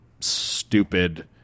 stupid